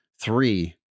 three